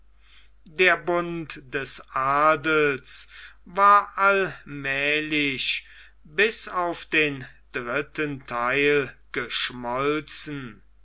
der bund des adels war allmählich bis auf den dritten theil geschmolzen